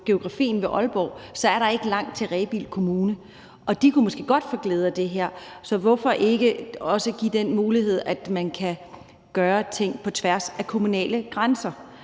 forhold til Aalborg, er der ikke langt til Rebild Kommune, og de kunne måske godt få glæde af det her, så hvorfor ikke også give den mulighed, at man kan gøre ting på tværs af kommunale grænser,